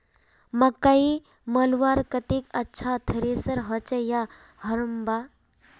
मकई मलवार केते अच्छा थरेसर होचे या हरम्बा?